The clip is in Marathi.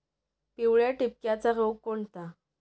पिवळ्या ठिपक्याचा रोग कोणता?